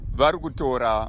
varugutora